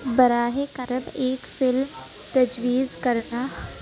براہ کرم ایک فلم تجویز کرنا